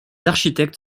architectes